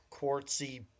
quartzy